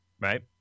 right